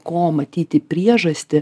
ko matyti priežastį